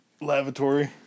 lavatory